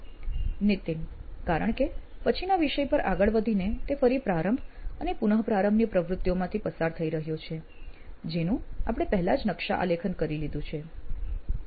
નીતિન કારણ કે પછીના વિષય પર આગળ વધીને તે ફરી પ્રારંભ અને પુનઃપ્રારંભની પ્રવૃતિઓમાંથી પસાર થઇ રહ્યો છે જેનું આપણે પહેલ જ નકશા આલેખન કરી લીધું છે